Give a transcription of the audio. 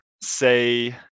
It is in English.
say